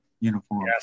uniform